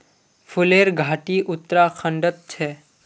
फूलेर घाटी उत्तराखंडत छे